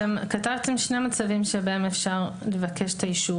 אתם כתבתם שני מצבים בהם אפשר לבקש את האישור